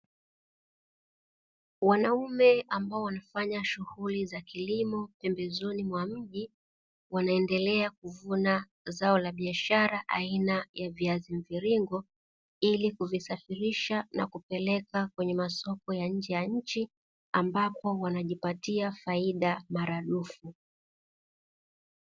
Wanaume ambao wanafanya shughuli za kilimo pembezoni mwa mji wanaendelea kuvuna zao la biashara aina ya viazi mviringo, ili kuvisafirisha na kupeleka kwenye masoko ya nje ya nchi ambapo wanajipatia faida maradufu.